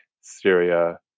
Syria